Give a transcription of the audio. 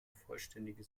vollständige